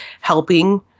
helping